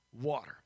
water